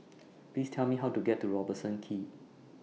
Please Tell Me How to get to Robertson Quay